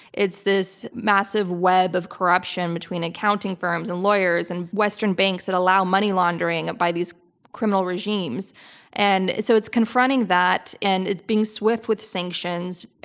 it's this massive web of corruption between accounting firms and lawyers and western banks that allow money laundering by these criminal regimes and so it's confronting that and it's being swift with sanctions,